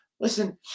Listen